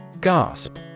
Gasp